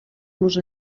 los